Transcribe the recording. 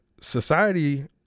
society